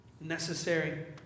necessary